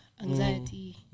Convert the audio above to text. anxiety